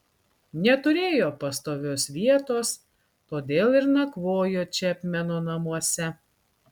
neturėjo pastovios vietos todėl ir nakvojo čepmeno namuose